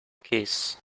kiss